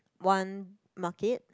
one market